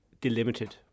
delimited